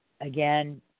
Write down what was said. Again